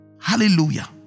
Hallelujah